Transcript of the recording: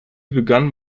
begann